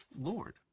Lord